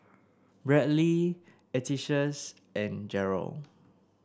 bradly Atticus and Gerald